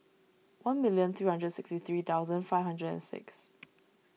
one million three hundred sixty three thousand five hundred and six